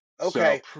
Okay